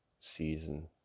season